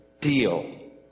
deal